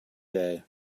day